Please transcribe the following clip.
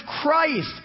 Christ